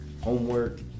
homework